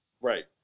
right